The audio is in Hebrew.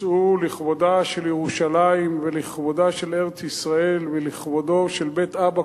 תצאו לכבודה של ירושלים ולכבודה של ארץ-ישראל ולכבודו של בית אבא,